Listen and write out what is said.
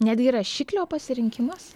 netgi rašiklio pasirinkimas